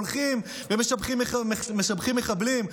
הולכים ומשבחים מחבלים,